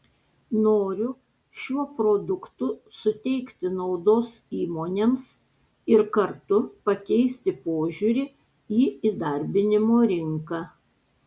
noriu šiuo produktu suteikti naudos įmonėms ir kartu pakeisti požiūrį į įdarbinimo rinką